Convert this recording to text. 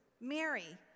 Mary